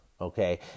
okay